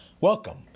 Welcome